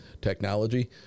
technology